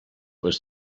was